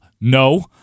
No